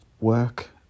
Work